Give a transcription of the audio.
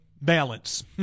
balance